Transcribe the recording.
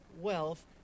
wealth